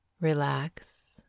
Relax